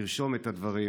נרשום את הדברים.